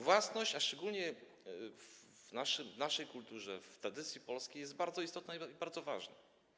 Własność, szczególnie w naszej kulturze, w tradycji polskiej, jest bardzo istotna, bardzo ważna.